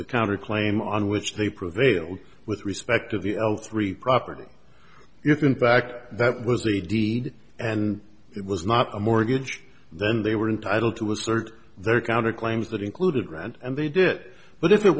the counterclaim on which they prevailed with respect of the three property you can back that was the deed and it was not a mortgage then they were entitled to assert their counter claims that included rent and they did it but if it